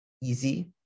easy